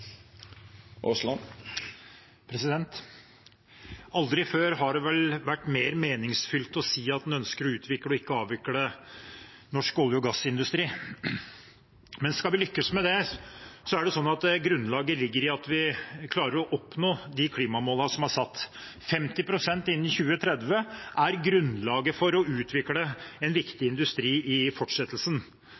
si at en ønsker å utvikle og ikke avvikle norsk olje- og gassindustri. Men grunnlaget for å lykkes med det ligger i at vi klarer å oppnå de klimamålene som er satt. 50 pst. innen 2030 er grunnlaget for å utvikle en viktig industri i fortsettelsen,